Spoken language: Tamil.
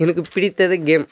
எனக்கு பிடித்தது கேம்